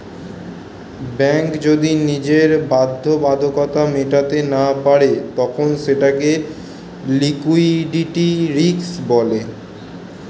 bank যদি নিজের বাধ্যবাধকতা মেটাতে না পারে তখন সেটাকে লিক্যুইডিটি রিস্ক বলে